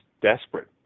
desperate